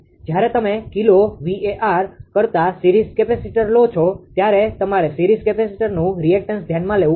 જ્યારે તમે kilo VAr કરતા સિરીઝ કેપેસિટર લો છો ત્યારે તમારે સિરીઝ કેપેસિટરનુ રીએક્ટન્સ ધ્યાનમાં લેવું પડશે